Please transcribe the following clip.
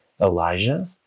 Elijah